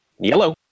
Yellow